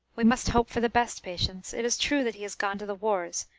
we must hope for the best, patience. it is true that he has gone to the wars,